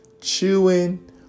chewing